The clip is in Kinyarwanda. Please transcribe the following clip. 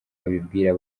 abibwira